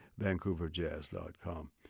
vancouverjazz.com